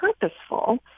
purposeful